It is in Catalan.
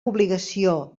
obligació